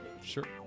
Sure